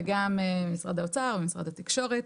וגם משרד האוצר ומשרד התקשורת